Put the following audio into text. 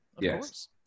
Yes